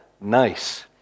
nice